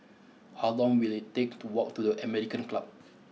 how long will it take to walk to the American Club